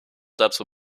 dazu